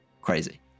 Crazy